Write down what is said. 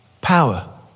Power